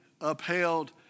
upheld